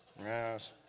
yes